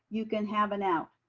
you can have an out.